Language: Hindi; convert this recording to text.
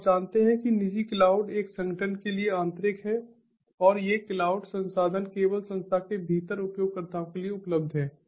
तो आप जानते हैं कि निजी क्लाउड एक संगठन के लिए आंतरिक है और ये क्लाउड संसाधन केवल संस्था के भीतर उपयोगकर्ताओं के लिए उपलब्ध हैं